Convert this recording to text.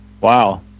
wow